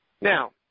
Now